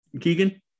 Keegan